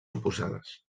oposades